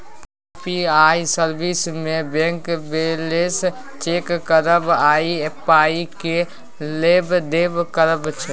UPI service मे bank balance check करब आ पाइ केर लेब देब करब छै